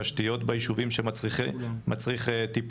תשתיות ביישובים שמצריך טיפול,